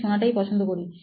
আমি শোনাটাই পছন্দ করি